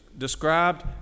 Described